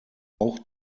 auch